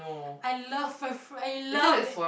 I love I loved it